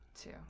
Two